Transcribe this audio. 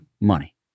money